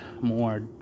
more